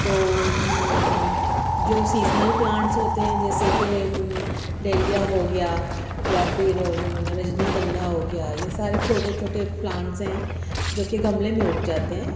تو جو seasonal plants ہوتے ہیں جیسے کہ ڈیلیا ہو گیا یا پھر رجنی گندھا ہو گیا یہ سارے چھوٹے چھوٹے پلانٹس ہیں جو کہ گملے میں اگ جاتے ہیں